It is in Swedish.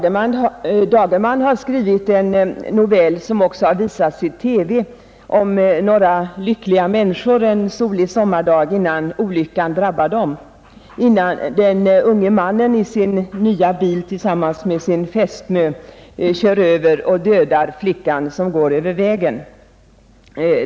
Stig Dagerman har skrivit en novell — en filmatisering av den har också visats i TV — om några lyckliga människor en solig sommardag innan olyckan drabbar dem, innan den unge mannen med sin fästmö i sällskap i sin nya bil kör över och dödar flickan som går över vägen.